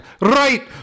right